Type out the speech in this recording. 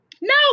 No